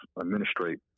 administrate